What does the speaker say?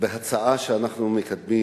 בהצעה שאנחנו מקדמים,